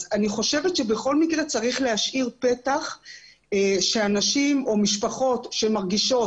אז אני חושבת שבכל מקרה צריך להשאיר פתח שאנשים או משפחות שמרגישות